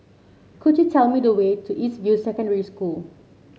could you tell me the way to East View Secondary School